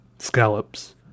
Scallops